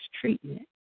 treatment